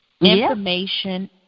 information